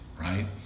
right